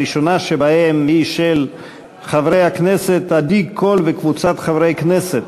הראשונה שבהן היא של חברת הכנסת עדי קול וקבוצת חברי הכנסת.